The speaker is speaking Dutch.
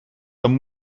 dan